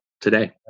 today